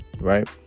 right